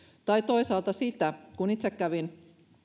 tai toisaalta sitä itse kävin